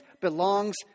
belongs